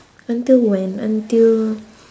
until when until